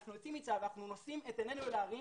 אנחנו יוצאים מצה"ל ונושאים את עינינו אל ההרים